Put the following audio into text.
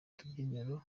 tubyiniro